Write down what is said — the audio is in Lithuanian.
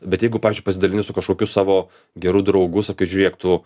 bet jeigu pavyzdžiui pasidalini su kažkokiu savo geru draugu sakai žiūrėk tu